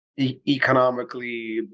economically